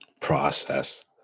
process